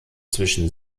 zwischen